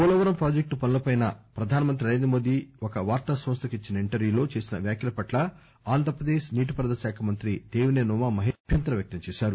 Polavaram project పనులపై ప్రధానమంత్రి నరేంద్రమోదీ ఒక వార్తా సంస్లకు ఇచ్చిన ఇంటర్క్యూలో చేసిన వ్యాఖ్యల పట్ల ఆంధ్రప్రదేశ్ నీటిపారుదల శాఖ మంత్రి దేవిసేని ఉమామహేశ్వరరావు అభ్యంతరం వ్యక్తం చేశారు